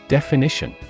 Definition